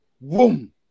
boom